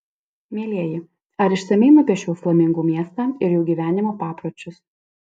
mielieji ar išsamiai nupiešiau flamingų miestą ir jų gyvenimo papročius